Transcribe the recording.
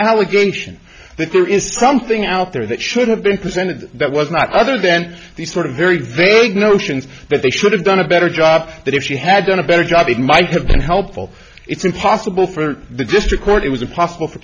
allegation that there is something out there that should have been presented that was not other than these sort of very very big notions that they should have done a better job that if he had done a better job it might have been helpful it's impossible for the district court it was impossible for